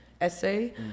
essay